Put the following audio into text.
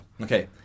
Okay